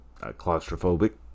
claustrophobic